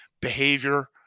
behavior